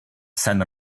seiner